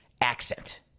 accent